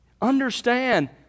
understand